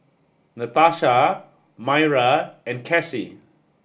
Natasha Maira and Cassie